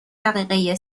دقیقه